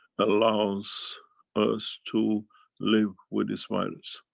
allows us to live with this virus.